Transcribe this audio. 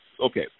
okay